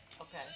Okay